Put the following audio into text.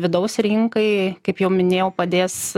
vidaus rinkai kaip jau minėjau padės